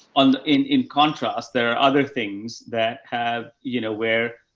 on in in contrast, there are other things that have, you know, where,